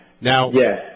Now